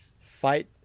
fight